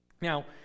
Now